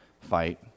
Fight